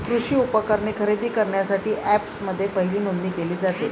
कृषी उपकरणे खरेदी करण्यासाठी अँपप्समध्ये पहिली नोंदणी केली जाते